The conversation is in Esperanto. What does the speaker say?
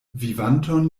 vivanton